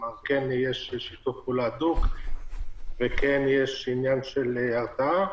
כן יש שיתוף פעולה הדוק, וכן יש עניין של הרתעה.